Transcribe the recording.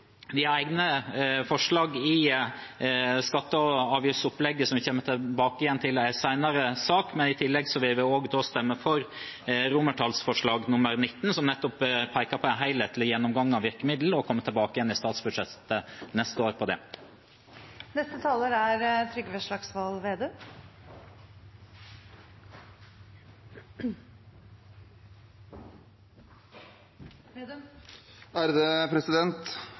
har egne forslag i skatte- og avgiftsopplegget som vi kommer tilbake til igjen i en senere sak. I tillegg vil vi stemme for forslag til vedtak XIX, som nettopp peker på en helhetlig gjennomgang av virkemidler, og komme tilbake igjen til det i forbindelse med statsbudsjettet neste år. Tidligere partileder Carl I. Hagen ble veldig provosert da jeg påpekte det historiske faktum at Fremskrittspartiet på